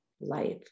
life